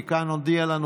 כי כאן הודיע לנו,